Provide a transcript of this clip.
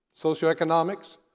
socioeconomics